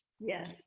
yes